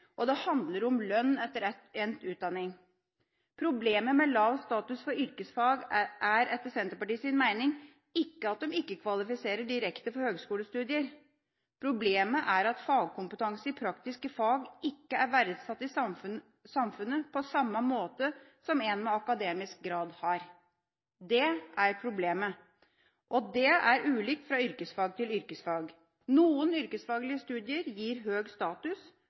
og det handler om lønn etter endt utdanning. Problemet med lav status for yrkesfag er etter Senterpartiets mening ikke at de ikke kvalifiserer direkte for høgskolestudier. Problemet er at fagkompetanse i praktiske fag ikke er verdsatt i samfunnet på samme måte som en akademisk grad. Det er problemet. Det er ulikt fra yrkesfag til yrkesfag: Noen yrkesfaglige studier gir høg status,